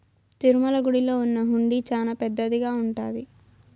తిరుమల గుడిలో ఉన్న హుండీ చానా పెద్దదిగా ఉంటాది